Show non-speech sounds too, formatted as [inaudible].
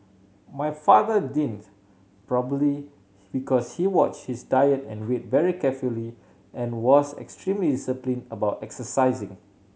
my father didn't probably [unintelligible] because he watched his diet and weight very carefully and was extremely disciplined about exercising